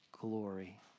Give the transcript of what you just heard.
glory